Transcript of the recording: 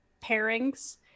pairings